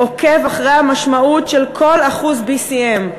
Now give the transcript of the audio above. עוקב אחרי המשמעות של כל אחוז BCM,